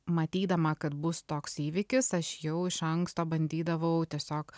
matydama kad bus toks įvykis aš jau iš anksto bandydavau tiesiog